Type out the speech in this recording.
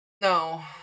No